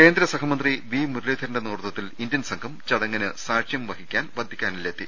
കേന്ദ്ര സഹമന്ത്രി വി മുരളീധരന്റെ നേതൃത്വത്തിൽ ഇന്ത്യൻ സംഘം ചട ങ്ങിന് സാക്ഷ്യം വഹിക്കാൻ വത്തിക്കാനിലെത്തി